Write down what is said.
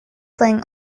playing